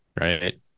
right